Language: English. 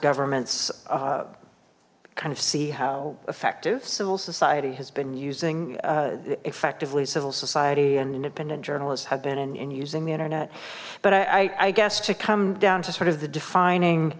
government's kind of see how effective civil society has been using effectively civil society and independent journalists have been in using the internet but i guess to come down to sort of the defining